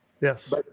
Yes